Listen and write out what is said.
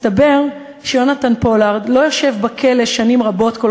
מסתבר שיונתן פולארד לא יושב בכלא שנים רבות כל